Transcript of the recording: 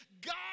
God